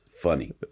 funny